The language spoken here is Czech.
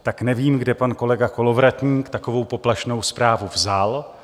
Tak nevím, kde pan kolega Kolovratník takovou poplašnou zprávu vzal.